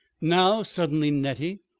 now suddenly nettie,